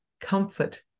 comfort